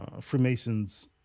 Freemasons